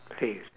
please